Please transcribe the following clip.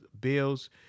bills